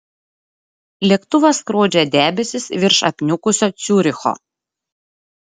lėktuvas skrodžia debesis virš apniukusio ciuricho